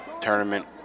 tournament